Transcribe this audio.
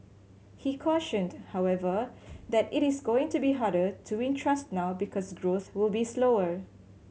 he cautioned however that it is going to be harder to win trust now because growth will be slower